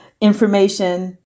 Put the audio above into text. information